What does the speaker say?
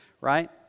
right